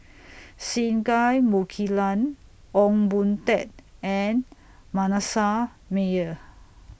Singai Mukilan Ong Boon Tat and Manasseh Meyer